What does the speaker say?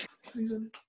season